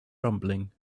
rumbling